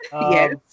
yes